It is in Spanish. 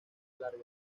larga